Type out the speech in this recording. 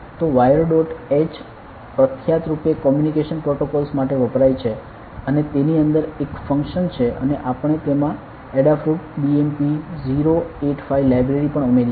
તો wire dot h પ્રખ્યાત રૂપે કમ્યુનિકેશન પ્રોટોકોલ્સ માટે વપરાય છે અને તેની અંદર એક ફંક્શન છે અને આપણે તેમાં એડાફ્રુટ BMP 085 લાઇબ્રેરી પણ ઉમેરી છે